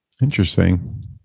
Interesting